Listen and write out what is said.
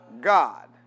God